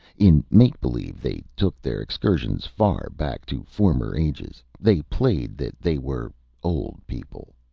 in make-believe, they took their excursions far back to former ages. they played that they were old people.